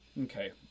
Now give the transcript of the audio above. Okay